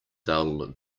dull